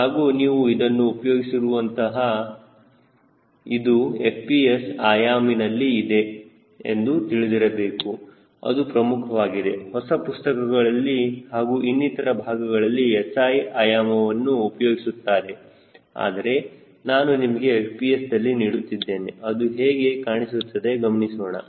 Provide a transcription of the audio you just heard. ಹಾಗೂ ನೀವು ಇದನ್ನು ಉಪಯೋಗಿಸುತ್ತಿರುವಆಗ ಇದು FPS ಆಯಾಮಿ ನಲ್ಲಿ ಇದೆ ಎಂದು ತಿಳಿದಿರಬೇಕು ಅದು ಪ್ರಮುಖವಾಗಿದೆ ಹೊಸ ಪುಸ್ತಕಗಳಲ್ಲಿ ಹಾಗೂ ಇನ್ನಿತರ ಭಾಗಗಳಲ್ಲಿ SI ಆಯಾಮವನ್ನು ಉಪಯೋಗಿಸುತ್ತಾರೆ ಆದರೆ ನಾನು ನಿಮಗೆ FPS ದಲ್ಲಿ ನೀಡುತ್ತಿದ್ದೇನೆ ಅದು ಹೇಗೆ ಕಾಣಿಸುತ್ತದೆ ಗಮನಿಸೋಣ